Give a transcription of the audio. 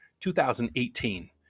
2018